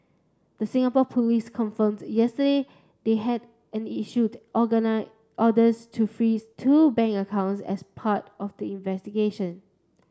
the Singapore police confirmed yesterday they had and issued orders to freeze two bank accounts as part of the investigation